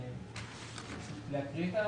לא צריך להקריא.